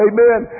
Amen